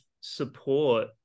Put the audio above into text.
support